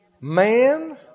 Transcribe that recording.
man